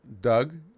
Doug